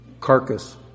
Carcass